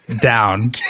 down